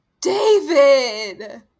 David